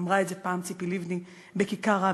אמרה את זה פעם ציפי לבני בכיכר רבין.